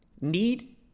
need